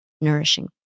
nourishing